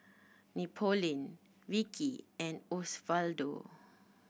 Napoleon Vicki and Osvaldo